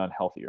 unhealthier